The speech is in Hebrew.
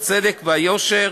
הצדק והיושר